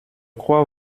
crois